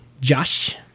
Josh